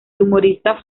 humorista